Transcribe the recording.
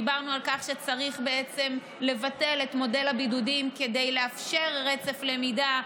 דיברנו על כך שצריך בעצם לבטל את מודל הבידודים כדי לאפשר רצף למידה.